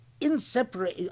inseparable